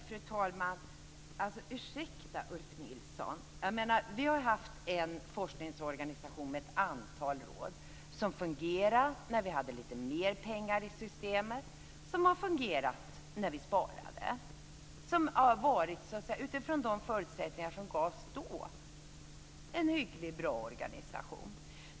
Fru talman! Ursäkta, Ulf Nilsson! Vi har haft en forskningsorganisation med ett antal råd som fungerade när vi hade lite mer pengar i systemet och som har fungerat när vi sparade. Den har utifrån de förutsättningar som gavs då varit en hyggligt bra organisation.